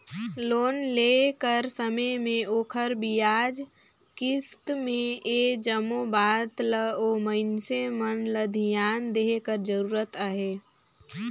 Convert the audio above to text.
loan लेय कर समे में ओखर बियाज, किस्त ए जम्मो बात ल ओ मइनसे मन ल धियान देहे कर जरूरत अहे